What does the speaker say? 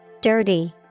Dirty